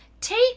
take